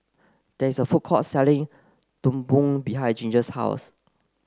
there is a food court selling Kuih Bom behind Ginger's house